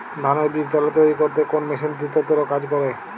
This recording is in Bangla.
ধানের বীজতলা তৈরি করতে কোন মেশিন দ্রুততর কাজ করে?